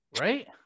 Right